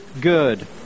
good